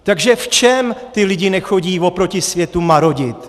Takže v čem ti lidé nechodí oproti světu marodit?